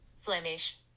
Flemish